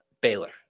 Baylor